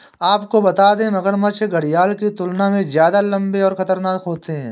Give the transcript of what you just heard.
आपको बता दें, मगरमच्छ घड़ियाल की तुलना में ज्यादा लम्बे और खतरनाक होते हैं